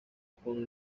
con